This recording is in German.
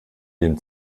dem